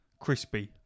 crispy